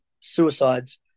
suicides